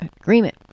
agreement